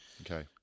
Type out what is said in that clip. Okay